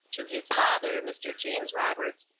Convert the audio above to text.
to his father, mr. james roberts,